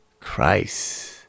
Christ